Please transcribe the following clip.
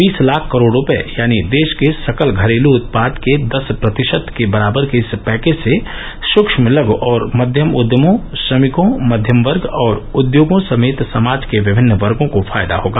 बीस लाख करोड रुपए यानी देश के सकल घरेल उत्पाद के दस प्रतिशत के बराबर के इस पैकेज से सुक्ष्म लघ और मक्यम उद्यमों श्रमिकों मध्यम वर्ग और उद्योगों समेत समाज के विभिन्न वर्गों को फायदा होगा